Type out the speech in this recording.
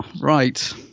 Right